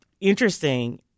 interesting